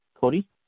Cody